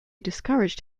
discouraged